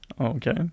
Okay